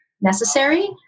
necessary